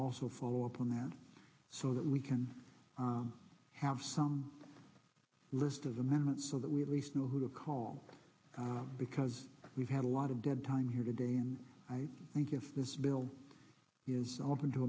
also follow up on that so that we can have some list of amendments so that we least know who to call because we've had a lot of dead time here today and i think if this bill is open to